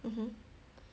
mmhmm